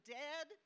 dead